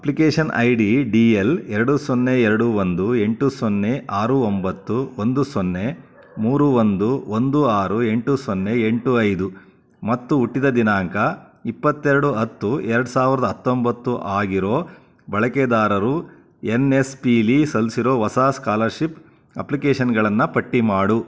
application I D ಡಿ ಯಲ್ ಎರಡು ಸೊನ್ನೆ ಎರಡು ಒಂದು ಎಂಟು ಸೊನ್ನೆ ಆರು ಒಂಬತ್ತು ಒಂದು ಸೊನ್ನೆ ಮೂರು ಒಂದು ಒಂದು ಆರು ಎಂಟು ಸೊನ್ನೆ ಎಂಟು ಐದು ಮತ್ತು ಹುಟ್ಟಿದ ದಿನಾಂಕ ಇಪ್ಪತ್ತೆರಡು ಹತ್ತು ಎರಡು ಸಾವಿರ್ದ ಹತ್ತೊಂಬತ್ತು ಆಗಿರೋ ಬಳಕೆದಾರರು ಎನ್ ಎಸ್ ಪಿಲಿ ಸಲ್ಲಿಸಿರೋ ಹೊಸ ಸ್ಕಾಲರ್ಶಿಪ್ ಅಪ್ಲಿಕೇಷನ್ಗಳನ್ನು ಪಟ್ಟಿ ಮಾಡು